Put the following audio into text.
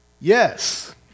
yes